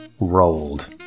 Rolled